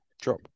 drop